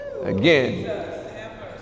again